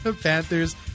Panthers